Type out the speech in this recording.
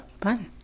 fun